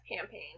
campaign